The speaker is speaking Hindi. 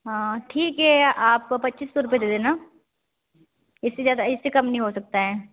हाँ ठीक है आप पच्चीस सौ रुपये दे देना इससे ज़्यादा इससे कम नहीं हो सकता है